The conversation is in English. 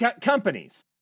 companies